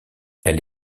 elle